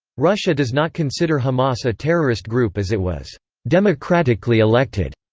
russia does not consider hamas a terrorist group as it was democratically elected.